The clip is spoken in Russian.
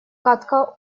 кадка